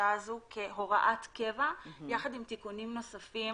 השעה הזו כהוראת קבע יחד עם תיקונים נוספים